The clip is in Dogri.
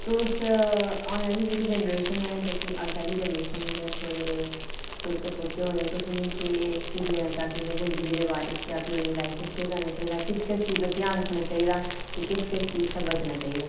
तुस औने आह्ली जेह्की जनरेशन ऐ जेह्की अग्गें आह्ली जनरेशन ऐ जि'यां थुआढ़े दोह्ते पोते होने तुस उ'नें गी केह् सिक्ख देना चाह्गे जिदंगी दे बारे च जां फ्ही इ'यां कि उनें गी लाइफ च केह् करना चाहिदा किस किस चीज दा ध्यान रक्खना चाहिदा ते किस किस चीज शा बचना चाहिदा